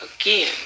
again